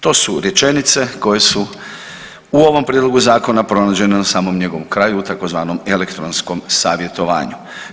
To su rečenice koje su u ovom Prijedlogu zakona pronađene na samom njegovom kraju, tzv. elektronskom savjetovanju.